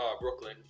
brooklyn